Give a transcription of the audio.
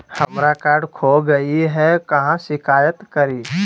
हमरा कार्ड खो गई है, कहाँ शिकायत करी?